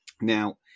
Now